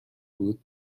بود